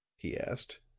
he asked,